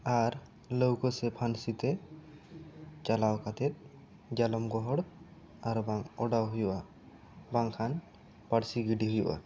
ᱟᱨ ᱞᱟᱹᱣᱠᱟ ᱥᱮ ᱯᱷᱟᱱᱥᱤ ᱛᱮ ᱪᱟᱞᱟᱣ ᱠᱟᱛᱮᱜ ᱡᱟᱞᱚᱢ ᱜᱚᱦᱚᱸᱲ ᱟᱨ ᱵᱟᱝ ᱚᱰᱟᱣ ᱦᱩᱭᱩᱜ ᱟ ᱵᱟᱝᱠᱷᱟᱱ ᱵᱟᱹᱲᱥᱤ ᱜᱤᱰᱤ ᱦᱩᱭᱩᱜ ᱟ